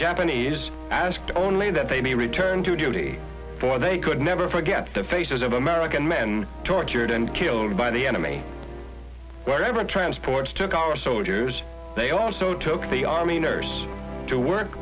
japanese asked only that they may return to duty for they could never forget the faces of american men tortured and killed by the enemy wherever transports took our soldiers they also took the army nurse to work